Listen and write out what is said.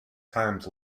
times